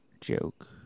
joke